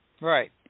Right